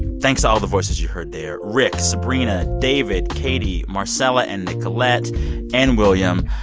thanks to all the voices you heard there rick, sabrina, david, katie, marcella and nicolette and william.